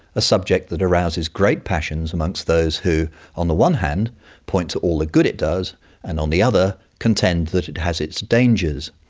a subject that arouses great passions amongst those who on the one hand point to all the good it does and on the other contend that it has its dangers,